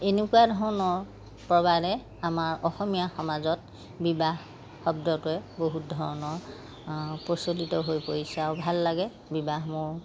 এনেকুৱা ধৰণৰ প্ৰবাদে আমাৰ অসমীয়া সমাজত বিবাহ শব্দটোৱে বহুত ধৰণৰ প্ৰচলিত হৈ পৰিছে আৰু ভাল লাগে বিবাহ মোৰ